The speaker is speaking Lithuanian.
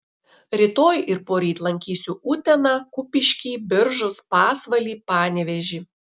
rytoj ir poryt lankysiu uteną kupiškį biržus pasvalį panevėžį